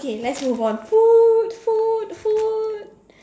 okay let's move on food food food